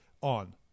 on